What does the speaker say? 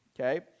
okay